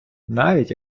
навіть